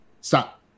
Stop